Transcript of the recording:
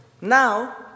Now